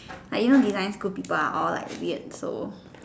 like you know design school people are all like weird so